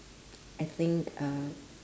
I think uh